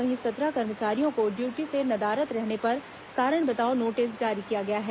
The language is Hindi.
वहीं सत्रह कर्मचारियों को ड्यूटी से नदारद रहने पर कारण बताओ नोटिस जारी किया गया है